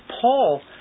Paul